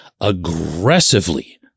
aggressively